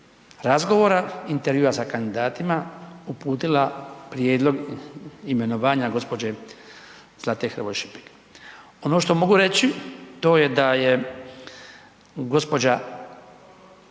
intervjua sa kandidatima uputila prijedlog imenovanja gospođe Zlate Hrvoje Šipek. Ono što mogu reći to je da je gospođa